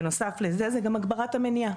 בנוסף, גם הגברת המניעה.